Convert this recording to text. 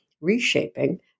Reshaping